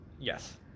yes